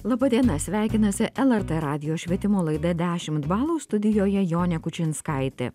laba diena sveikinasi lrt radijo švietimo laida dešimt balų studijoje jonė kučinskaitė